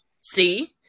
see